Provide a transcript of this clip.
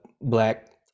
Black